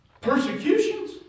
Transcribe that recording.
Persecutions